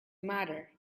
matter